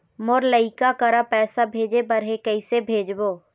मोर लइका करा पैसा भेजें बर हे, कइसे भेजबो?